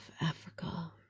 Africa